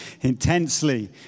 intensely